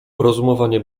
rozumowanie